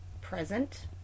present